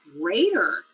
greater